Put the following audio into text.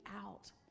out